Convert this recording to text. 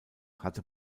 hatte